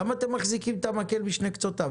למה אתם מחזיקים את המקל בשני קצותיו?